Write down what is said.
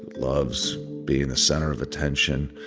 loves being the center of attention,